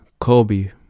Kobe